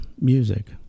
music